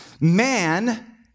man